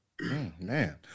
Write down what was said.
man